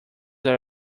are